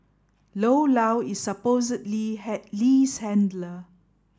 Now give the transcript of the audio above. Lo Lao is supposedly Lee's handler